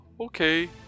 okay